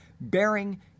bearing